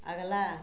अगला